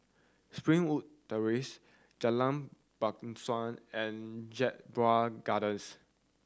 Springwood Terrace Jalan Bangsawan and Jedburgh Gardens